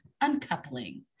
uncoupling